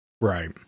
Right